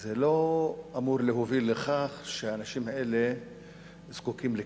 לא אמור להוביל לכך שהאנשים האלה זקוקים לקצבה.